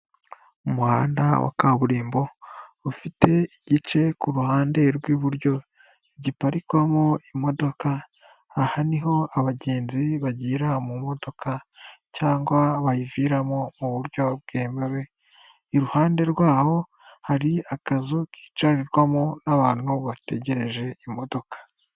Umuhanda wa kaburimbo, ufite igice ku ruhande rw'iburyo, giparikwamo imodoka, aha niho abagenzi bagira mu modoka cyangwa bayiviramo mu buryo bwemewe, iruhande rwabo hari akazu kicarwamo n'abantu bategereje imodoka.